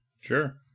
Sure